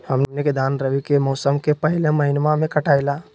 हमनी के धान रवि के मौसम के पहले महिनवा में कटाई ला